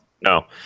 No